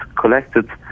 collected